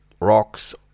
rocks